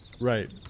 Right